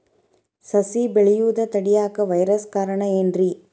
ಸಸಿ ಬೆಳೆಯುದ ತಡಿಯಾಕ ವೈರಸ್ ಕಾರಣ ಏನ್ರಿ?